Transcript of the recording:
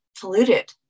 polluted